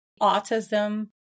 autism